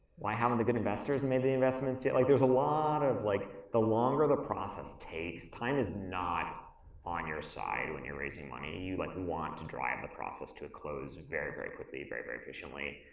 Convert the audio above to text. why haven't the good investors and made the investments yet? like, there's a lot of, like, the longer the process takes, time is not on your side when you're raising money. you like want to drive the process to a close very, very quickly, very, very efficiently.